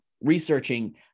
researching